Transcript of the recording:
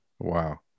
Wow